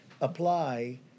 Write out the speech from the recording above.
apply